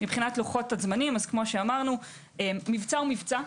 מבחינת לוחות הזמנים, מבצע הוא מבצע.